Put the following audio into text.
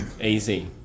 Easy